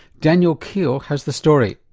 daniel keogh has the story.